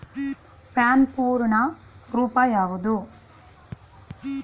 PAN ಪೂರ್ಣ ರೂಪ ಯಾವುದು?